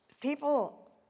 people